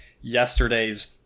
yesterday's